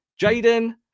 Jaden